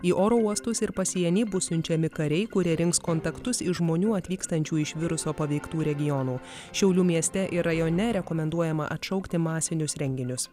į oro uostus ir pasienį bus siunčiami kariai kurie rinks kontaktus iš žmonių atvykstančių iš viruso paveiktų regionų šiaulių mieste ir rajone rekomenduojama atšaukti masinius renginius